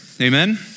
Amen